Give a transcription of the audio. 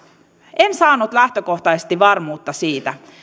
en saanut lähtökohtaisesti varmuutta siitä